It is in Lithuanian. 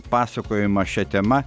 pasakojimą šia tema